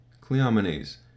Cleomenes